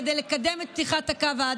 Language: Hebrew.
כדי לקדם את פתיחת הקווים,